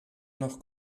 noch